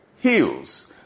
heals